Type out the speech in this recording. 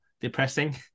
depressing